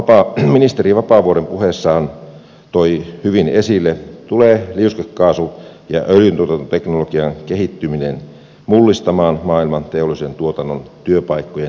kuten ministeri vapaavuori puheessaan toi hyvin esille tulee liuskekaasu ja öljyntuotantoteknologian kehittyminen mullistamaan maailman teollisen tuotannon työpaikkojen sijaintipaikat